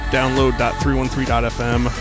Download.313.fm